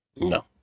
No